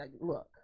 look